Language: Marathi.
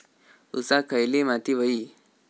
ऊसाक खयली माती व्हयी?